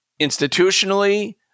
institutionally